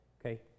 okay